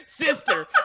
sister